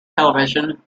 television